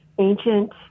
ancient